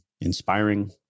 inspiring